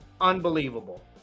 unbelievable